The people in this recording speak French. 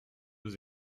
aux